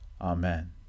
Amen